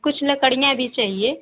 कुछ लकड़ियाँ भी चाहिए